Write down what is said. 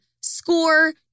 Score